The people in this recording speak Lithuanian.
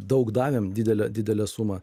daug davėm didelę didelę sumą